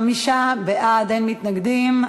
חמישה בעד, אין מתנגדים.